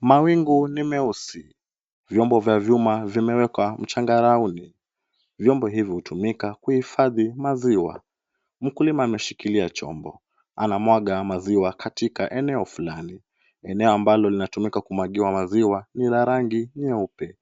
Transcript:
Mawingu ni meusi, vyombo vya vyuma vimewekwa mchangaraoni .Vyombo hivyo hutumika kuhifadhi maziwa. Mkulima anashikilia chombo anamwaga maziwa katika eneo flani. Eneo ambalo linatumika kumwagiwa maziwa ni la rangi nyeupe.